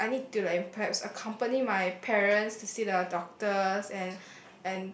perhaps I need to like perhaps accompany my parents to see the doctors and